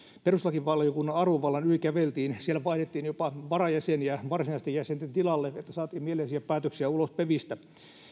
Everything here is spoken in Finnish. perustuslakivaliokunnan arvovallan yli käveltiin siellä vaihdettiin jopa varajäseniä varsinaisten jäsenten tilalle jotta saatiin mieleisiä päätöksiä ulos pevistä